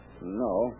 No